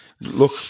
look